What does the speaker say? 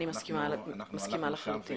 אני מסכימה לחלוטין.